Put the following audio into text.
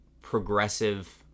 progressive